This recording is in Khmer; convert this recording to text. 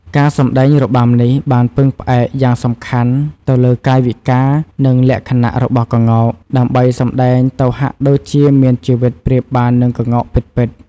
ការសម្តែងរបាំនេះបានពឹងផ្អែកយ៉ាងសំខាន់ទៅលើកាយវិការនិងលក្ខណៈរបស់កោ្ងក ដើម្បីសម្តែងទៅហាក់ដូចជាមានជីវិតប្រៀបបាននឹងកោ្ងកពិតៗ ។